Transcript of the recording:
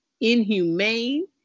inhumane